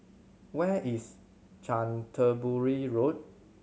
where is Canterbury Road